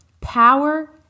Power